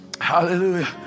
Hallelujah